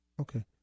Okay